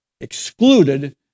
excluded